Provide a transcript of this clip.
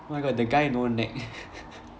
oh my god the guy no neck